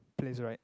place right